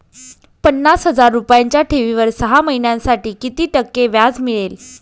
पन्नास हजार रुपयांच्या ठेवीवर सहा महिन्यांसाठी किती टक्के व्याज मिळेल?